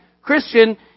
Christian